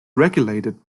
regulated